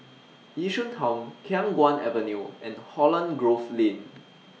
Yishun Town Khiang Guan Avenue and Holland Grove Lane